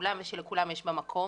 לכולם ושלכולם יש בה מקום.